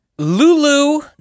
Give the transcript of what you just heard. Lulu